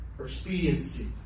expediency